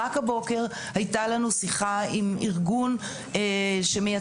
רק הבוקר הייתה לנו שיחה עם ארגון שמייצג